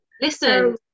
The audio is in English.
Listen